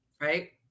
right